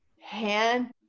hand